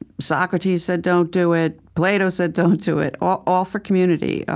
socrates said don't do it, plato said don't do it, all all for community.